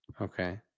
Okay